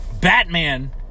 Batman